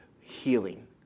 healing